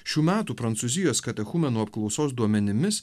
šių metų prancūzijos katechumenų apklausos duomenimis